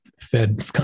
fed